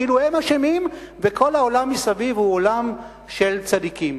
כאילו הם אשמים וכל העולם מסביב הוא עולם של צדיקים.